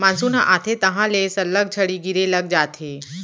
monsoon ह आथे तहॉं ले सल्लग झड़ी गिरे लग जाथे